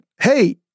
Hey